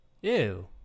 Ew